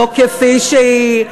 לא כפי שהיא,